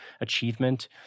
achievement